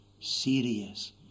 serious